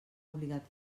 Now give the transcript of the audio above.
obligat